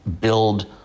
build